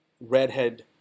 redhead